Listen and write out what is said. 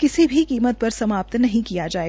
किसी भी कीमत पर समाप्त नहीं किया जायेगा